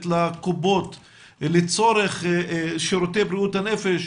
לקופות לצורך שירותי בריאות הנפש,